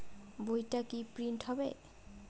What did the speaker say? বইটা কি প্রিন্ট হবে?